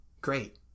great